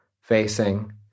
facing